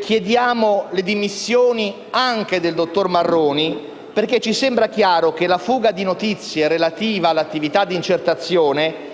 chiediamo le dimissioni anche del dottor Marroni, perché ci sembra chiaro che la fuga di notizie relativa all'attività di intercettazione